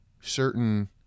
certain